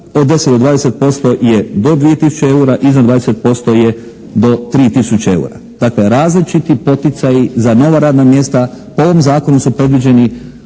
od 10 do 20% je do 2 tisuće eura, iznad 20% je do 3 tisuće eura. Dakle različiti poticaji za nova radna mjesta po ovom zakonu su predviđeni